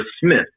Smith